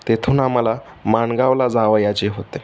तेथून आम्हाला माणगावला जावयाचे होते